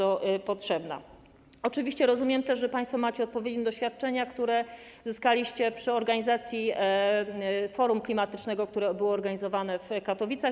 Oczywiście rozumiem też, że państwo macie odpowiednie doświadczenia, które zyskaliście przy organizacji forum klimatycznego, które było organizowane w Katowicach.